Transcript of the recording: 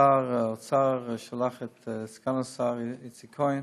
שר האוצר שלח את סגן השר איציק כהן